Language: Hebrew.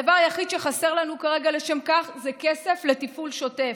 הדבר היחיד שחסר לנו כרגע לשם כך זה כסף לתפעול שוטף,